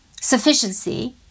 sufficiency